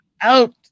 Out